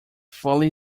fully